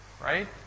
Right